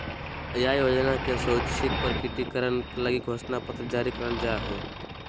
आय योजना के स्वैच्छिक प्रकटीकरण लगी घोषणा पत्र जारी करल जा हइ